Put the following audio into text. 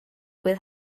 with